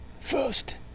first